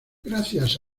gracias